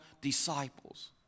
disciples